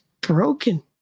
broken